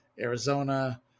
Arizona